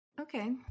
Okay